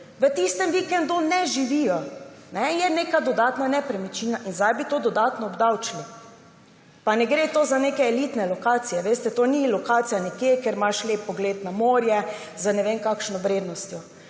V tistem vikendu ne živijo, je neka dodatna nepremičnina. In zdaj bi to dodatno obdavčili. Pa ne gre za neke elitne lokacije. Veste, to ni lokacija nekje, kjer imaš lep pogled na morje z ne vem kakšno vrednostjo.